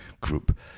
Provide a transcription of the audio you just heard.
group